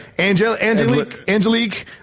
Angelique